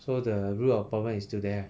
so the root of the problem is still there ah